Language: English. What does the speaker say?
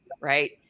right